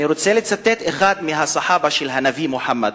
אני רוצה לצטט אחד מה"סחאבה" של הנביא מוחמד,